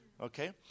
Okay